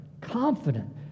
confident